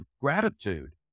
gratitude